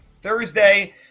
Thursday